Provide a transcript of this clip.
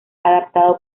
adaptado